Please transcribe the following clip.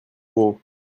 gros